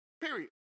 Period